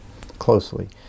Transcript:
closely